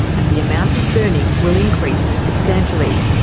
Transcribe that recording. and the amount of burning will increase substantially.